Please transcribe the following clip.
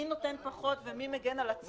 מי נותן פחות ומי מגן על הציבור יותר?